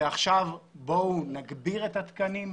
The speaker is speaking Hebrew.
ועכשיו בואו נגדיר את התקנים,